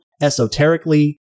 esoterically